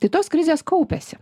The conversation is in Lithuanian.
tai tos krizės kaupiasi